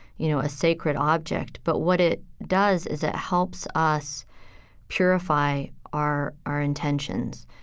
you know, a sacred object. but what it does is it helps us purify our, our intensions.